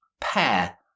pair